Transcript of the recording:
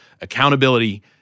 accountability